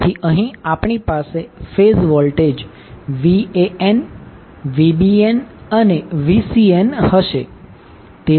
તેથી અહીં આપણી પાસે ફેઝ વોલ્ટેજ Van Vbn અને Vcn હશે